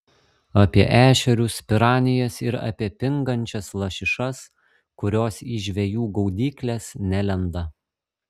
apie ešerius piranijas ir apie pingančias lašišas kurios į žvejų gaudykles nelenda